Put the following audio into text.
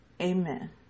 Amen